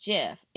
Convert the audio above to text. Jeff